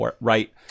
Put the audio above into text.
Right